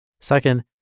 Second